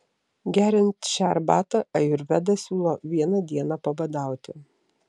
geriant šią arbatą ajurvedą siūlo vieną dieną pabadauti